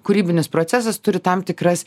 kūrybinis procesas turi tam tikras